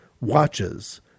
watches